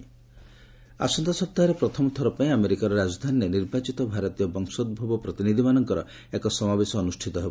US Indian meet ଆସନ୍ତା ସପ୍ତାହରେ ପ୍ରଥମ ଥର ପାଇଁ ଆମେରିକାର ରାଜଧାନୀରେ ନିର୍ବାଚିତ ଭାରତୀୟ ବଂଶୋଭବ ପ୍ରତିନିଧିମାନଙ୍କର ଏକ ସମାବେଶ ଅନ୍ତର୍ଷିତ ହେବ